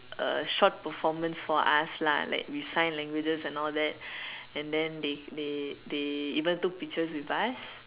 a short performance for us lah like with sign languages and all that and then they they they even took pictures with us